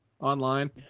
online